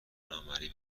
نامرئی